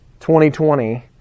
2020